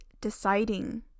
deciding